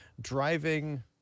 driving